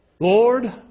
Lord